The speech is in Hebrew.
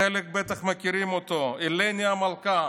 חלק בטח מכירים אותו, הלני המלכה.